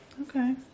Okay